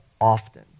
often